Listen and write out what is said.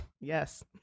Yes